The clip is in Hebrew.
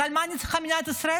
בכלל, מה אני צריכה את מדינת ישראל?